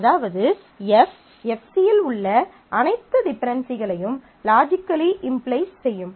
அதாவது F Fc இல் உள்ள அனைத்து டிபென்டென்சிகளையும் லாஜிக்கலி இம்ப்ளை செய்யும்